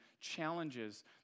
challenges